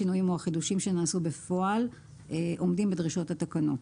השינויים או החידושים שנעשו בפועל עומדים בדרישות התקנות.